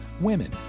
women